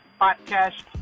podcast